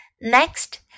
Next